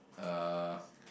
uh